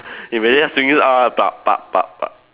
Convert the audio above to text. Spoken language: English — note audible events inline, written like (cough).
if you just swing this out ah (noise)